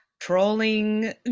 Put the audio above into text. trolling